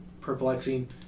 perplexing